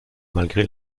malgré